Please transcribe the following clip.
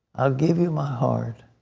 give you my heart,